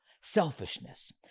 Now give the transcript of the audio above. selfishness